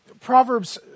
Proverbs